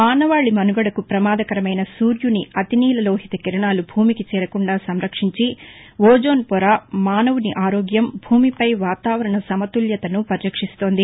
మాసవాళి మసుగడకు ప్రమాదకరమైన సూర్యని అతినీల లోహిత కిరణాలు భూమికి చేరకుండా సంరక్షించి ఓజోన్పౌర మానవుని ఆరోగ్యం భూమి పై వాతావరణ సమతుల్యతను పరిరక్షిస్తోంది